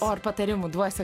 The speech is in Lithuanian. o ar patarimų duosi